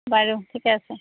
বাৰু ঠিকে আছে